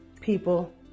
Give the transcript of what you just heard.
people